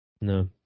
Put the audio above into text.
no